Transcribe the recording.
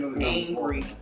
angry